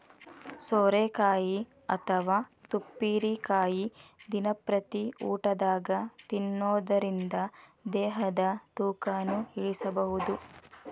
ಸೋರೆಕಾಯಿ ಅಥವಾ ತಿಪ್ಪಿರಿಕಾಯಿ ದಿನಂಪ್ರತಿ ಊಟದಾಗ ತಿನ್ನೋದರಿಂದ ದೇಹದ ತೂಕನು ಇಳಿಸಬಹುದು